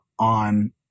on